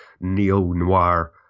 neo-noir